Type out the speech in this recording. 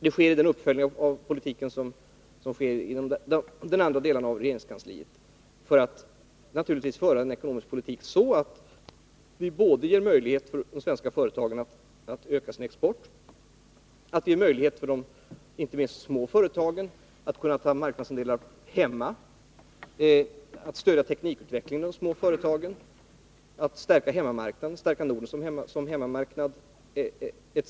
Det gäller också den uppföljning av politiken som görs inom andra delar av regeringskansliet. Vi vill naturligtvis föra en ekonomisk politik som ger möjlighet för svenska företag att öka sin export och möjlighet för inte minst de små företagen att ta marknadsandelar hemma. Vi vill vidare stödja teknikutvecklingen i de små företagen, stärka hemmamarknaden, stärka Norden som hemmamarknad etc.